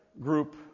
group